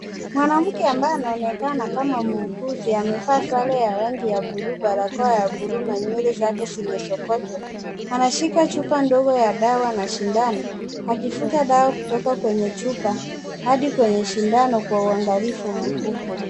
Mwanamke ambaye anaonekana kama muuguzi amevaa sare ya rangi ya bluu, barakoa ya bluu na nywele zake zimesokotwa, anashika chupa ndogo ya dawa na sindano akivuta dawa kutoka kwenye chupa hadi kwenye sindano kwa uangalifu mkubwa.